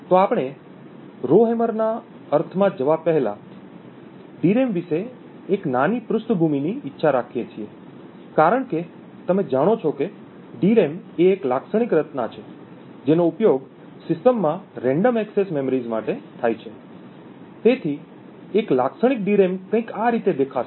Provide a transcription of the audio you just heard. તો આપણે રોહેમર ના અર્થમાં જવા પહેલાં આપણે ડીરેમ વિશે એક નાની પૃષ્ઠભૂમિની ઇચ્છા રાખીએ છીએ કારણ કે તમે જાણો છો કે ડીરેમ એ એક લાક્ષણિક રચના છે જેનો ઉપયોગ સિસ્ટમમાં રેન્ડમ એક્સેસ મેમોરિઝ માટે થાય છે તેથી એક લાક્ષણિક ડીરેમ કંઈક આ રીતે દેખાશે